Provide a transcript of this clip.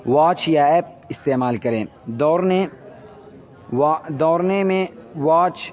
watch یا app استعمال کریں دوڑنے و دوڑنے میں واچ